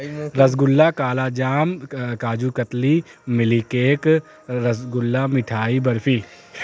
رس گلہ کالا جام کاجو کتلی مل کیک رسگلا مٹھائی برفی